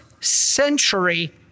Century